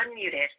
unmuted